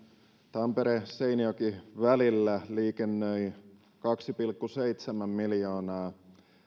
tampere seinäjoki välillä liikennöi kaksi pilkku seitsemän miljoonaa